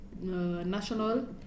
National